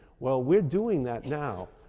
well, we're doing that now,